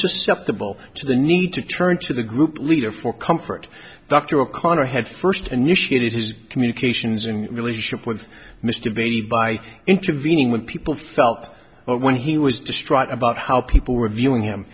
susceptible to the need to turn to the group leader for comfort dr o'connor had first initiated his communications and relationship with mr b by intervening when people felt when he was distraught about how people were viewing him